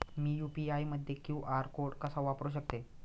मी UPI मध्ये QR code कसा वापरु शकते?